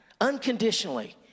unconditionally